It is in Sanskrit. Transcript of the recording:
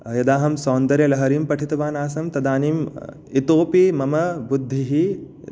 यदा अहं सौन्दर्यलहरीं पठितवान् आसं तदानीम् इतोऽपि मम बुद्धिः